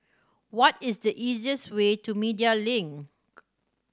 what is the easiest way to Media Link